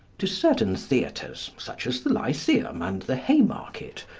to certain theatres, such as the lyceum and the haymarket,